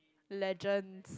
legend